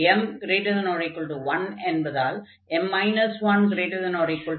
m≥1 என்பதால் m 1≥0